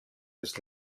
des